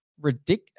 ridiculous